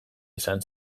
izan